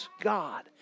God